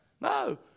No